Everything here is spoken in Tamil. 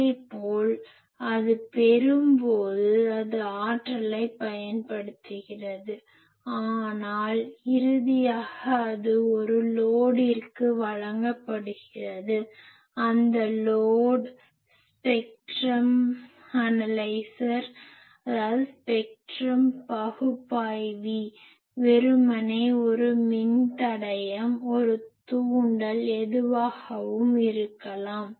இதேபோல் அது பெறும்போது அது ஆற்றலை பயன்படுத்துகிறது ஆனால் இறுதியாக அது ஒரு லோடிற்கு load சுமை வழங்கப்படுகிறது அந்த லோட் ஒரு ஸ்பெக்ட்ரம் பகுப்பாய்வி வெறுமனே ஒரு மின்தடையம் ஒரு தூண்டல் எதுவாகவும் இருக்கலாம்